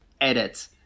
edit